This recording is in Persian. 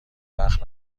وقت